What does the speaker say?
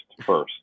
First